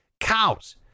cows